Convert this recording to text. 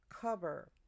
cover